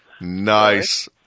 Nice